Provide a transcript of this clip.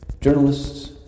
journalists